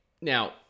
now